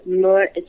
more